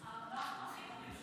הכי טובים שיכולים להיות.